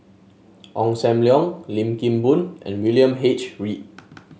Ong Sam Leong Lim Kim Boon and William H Read